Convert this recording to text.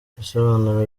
ibisobanuro